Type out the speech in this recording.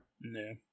No